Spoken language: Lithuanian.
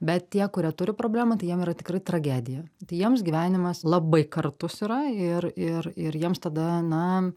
bet tie kurie turi problemą tai jiem yra tikrai tragedija tai jiems gyvenimas labai kartus yra ir ir ir jiems tada na